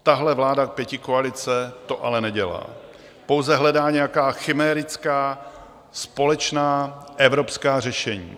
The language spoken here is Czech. Tato vláda pětikoalice to ale nedělá, pouze hledá nějaká chimérická společná evropská řešení.